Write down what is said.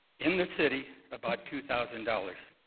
in the city, about two thousand dollars.